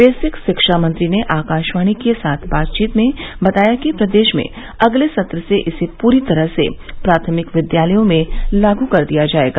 वेसिक शिक्षा मंत्री ने आकाशवाणी के साथ बातचीत में बताया कि प्रदेश में अगले सत्र से इसे पूरी तरह से प्राथमिक विद्यालयों में लागू कर दिया जायेगा